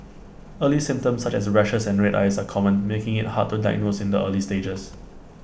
early symptoms such as rashes and red eyes are common making IT hard to diagnose in the early stages